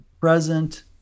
present